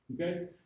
Okay